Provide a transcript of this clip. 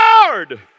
Lord